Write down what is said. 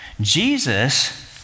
jesus